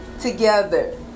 together